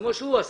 כמו שהוא עשה.